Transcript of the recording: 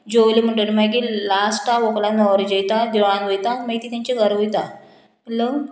जेवली म्हणटकीर मागीर लास्टा व्हंकल आनी न्हवरो जेयता देवळांत वयता मागीर ती तेंचे घरा वयता लग्न